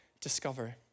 discover